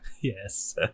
Yes